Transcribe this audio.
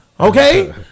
Okay